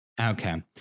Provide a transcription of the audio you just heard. Okay